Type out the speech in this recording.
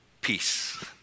peace